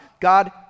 God